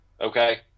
okay